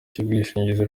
cy’ubwishingizi